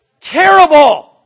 Terrible